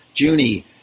Junie